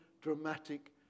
dramatic